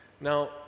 now